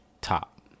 top